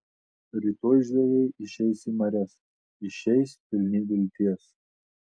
rytoj žvejai išeis į marias išeis pilni vilties